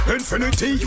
Infinity